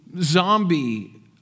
zombie